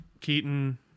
Keaton